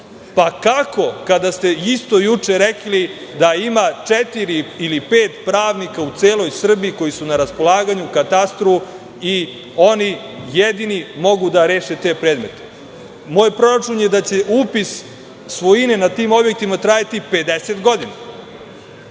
Kako, kada ste isto juče rekli da ima četiri ili pet pravnika u celoj Srbiji koji su na raspolaganju katastru i oni jedino mogu da reše te predmete? Moj proračun je da će upis svojine na tim objektima trajati 50 godina.S